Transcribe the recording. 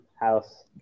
house